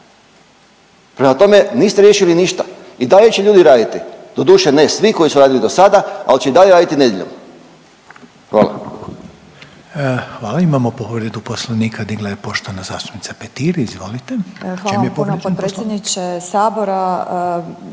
Prema tome, niste riješili ništa. I dalje će ljudi raditi, doduše ne svi koji su radili do sada, ali će i dalje raditi nedjeljom. Hvala. **Reiner, Željko (HDZ)** Hvala. Imamo povredu Poslovnika digla je poštovana zastupnica Petir, izvolite. U čem je povrijeđen?